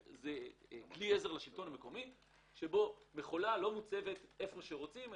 כלי העזר לשלטון המקומי הוא בכך שמכולה לא מוצבת איפה שרוצים,